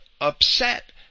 upset